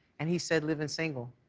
and he said living single.